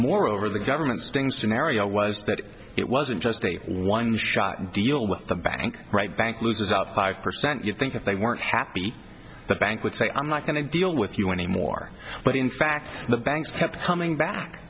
moreover the government's things to an area was that it wasn't just a one shot deal with a bank right bank loses out five percent you think if they weren't happy the bank would say i'm not going to deal with you anymore but in fact the banks kept coming back